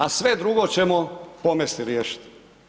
A sve drugo ćemo pomesti i riješiti.